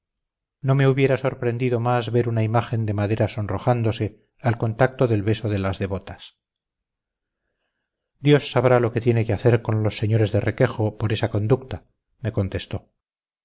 no me hubiera sorprendido más ver una imagen de madera sonrojándose al contacto del beso de las devotas dios sabrá lo que tiene que hacer con los señores de requejo por esa conducta me contestó